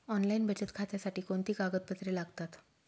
Online बचत खात्यासाठी कोणती कागदपत्रे लागतात?